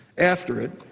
after it,